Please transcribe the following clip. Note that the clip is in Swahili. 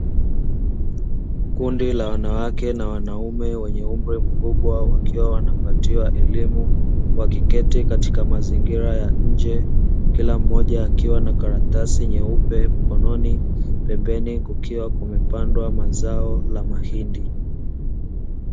Kundi la wanawake na wanaume wenye umri mkubwa, wakiwa wakipatiwa elimu, wakiketi katika mazingira ya nje. Kila mmoja akiwa na karatasi nyeupe mkononi, pembeni kukiwa kumepandwa mazao ya mahindi.